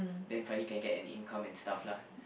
then finally can get an income and stuff lah